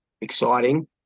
exciting